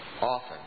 often